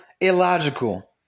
illogical